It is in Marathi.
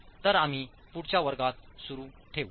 तर आम्ही पुढच्या वर्गात सुरू ठेवू